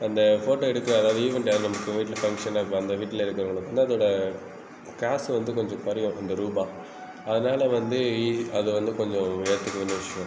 அந்த போட்டோ எடுக்கிற அதாவது ஈவென்ட்டை நம்ம வீட்டில் ஃபங்கஷன் அந்த வீட்டில் இருக்கிறவங்களுக்கு வந்து அதோடய காசு வந்து கொஞ்சம் குறையும் அந்த ரூபா அதனால் வந்து அது வந்து கொஞ்சம் ஏற்றுக்க வேண்டிய விஷயம்